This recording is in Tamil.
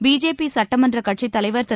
பிஜேபி சட்டமன்ற கட்சித் தலைவர் திரு